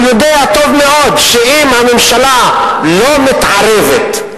הוא יודע טוב מאוד שאם הממשלה לא מתערבת,